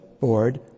board